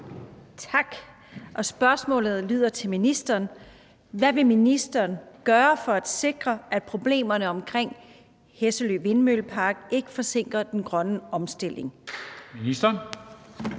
Tak. Spørgsmålet til ministeren lyder: Hvad vil ministeren gøre for at sikre, at problemerne omkring Hesselø Havvindmøllepark ikke forsinker den grønne omstilling? Kl.